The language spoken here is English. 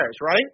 right